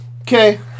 Okay